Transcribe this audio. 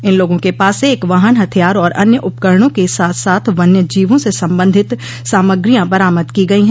इन लोगों के पास से एक वाहन हथियार और अन्य उपकरणों के साथ साथ वन्य जीवों से संबंधित सामग्रियां बरामद की गई हैं